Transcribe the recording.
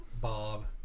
Bob